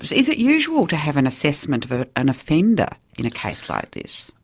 is it usual to have an assessment of ah an offender in a case like this?